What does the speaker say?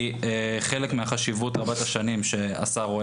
היא חלק מהחשיבות רבת השנים שהשר רואה